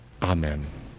Amen